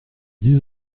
dix